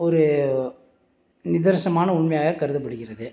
ஒரு நிதர்சனமான உண்மையாக கருதப்படுகிறது